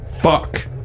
fuck